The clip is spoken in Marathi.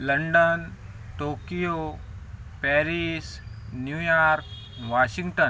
London Tokyo Paris New York Washington